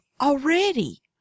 already